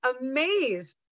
amazed